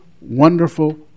wonderful